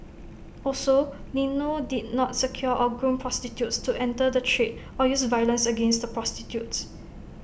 also Lino did not secure or groom prostitutes to enter the trade or use violence against the prostitutes